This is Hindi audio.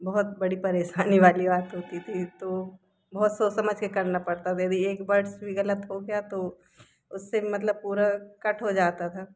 बहुत बड़ी परेशानी वाली बात होती थी बहुत सोच समझ के करना पड़ता था यदि एक वर्ड्स भी गलत हो गया तो उससे मतलब पूरा कट हो जाता था